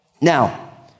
Now